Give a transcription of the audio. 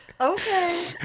okay